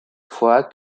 fois